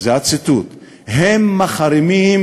זה הציטוט: "הם מחרימים,